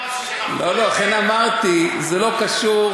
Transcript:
לא לא, לכן אמרתי, זה לא קשור.